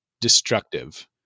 destructive